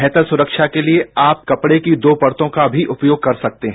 बेहतर सुरक्षा के लिए आप कपड़े की दो परतों का भी उपयोग कर सकते हैं